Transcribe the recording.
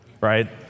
right